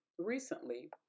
Recently